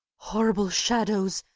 horrible shadows,